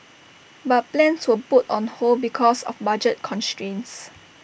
but plans were put on hold because of budget constraints